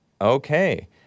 okay